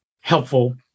helpful